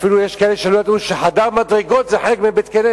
אפילו יש כאלה שלא ידעו שחדר מדרגות זה חלק מבית-כנסת,